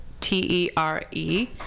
T-E-R-E